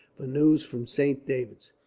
for news from saint david's.